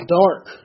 dark